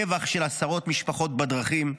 טבח של עשרות משפחות בדרכים,